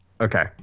Okay